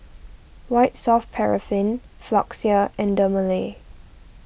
White Soft Paraffin Floxia and Dermale